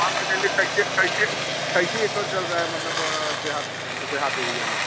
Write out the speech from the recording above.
मान कर चलिए कैसे कैसे कैसे एकड़ चल रहा है मतलब देहात सिटी में देहात एरिया में